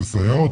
את הסייעות